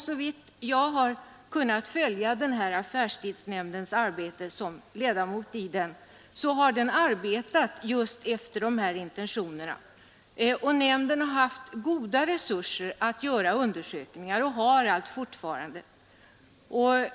Såvitt jag har kunnat följa affärstidsnämndens arbete som ledamot av den har den också arbetat just enligt de här intentionerna, och nämnden har haft och har goda resurser att göra undersökningar.